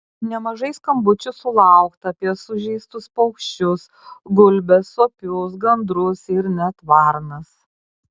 nemažai skambučių sulaukta apie sužeistus paukščius gulbes suopius gandrus ir net varnas